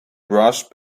brushed